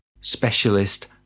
specialist